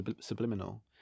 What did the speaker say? subliminal